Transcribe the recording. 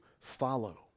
follow